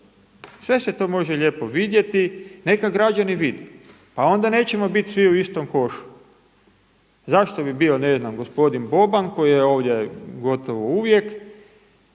Sve se to može lijepo vidjeti, neka građani vide pa onda nećemo biti svi u istom košu. Zašto bi bio ne znam gospodin Boban koji je ovdje gotovo uvijek